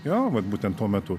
jo vat būtent tuo metu